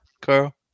Carl